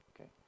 Okay